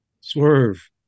Swerve